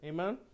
Amen